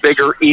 bigger